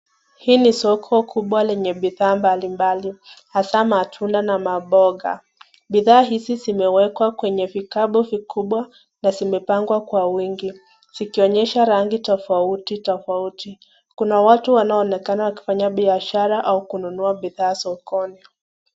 Hii ni soko kubwa yenye bidhaa mbalimbali, hasa matunda na mamboga, bidhaa hizi zimewekwa kwenye vikapu vikubwa na zimepangwa kwa wingi, zikionyesha rangi tofauti tofauti. Kuna watu wanaoonekana wakifanya biashara au kununua bidhaa sokoni.